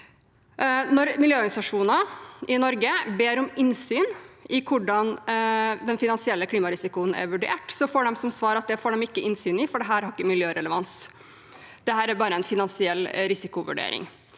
Når miljøorganisasjoner i Norge ber om innsyn i hvordan den finansielle klimarisikoen er vurdert, får de til svar at det får de ikke innsyn i, for dette har ikke miljørelevans, dette er bare en finansiell risikovurdering.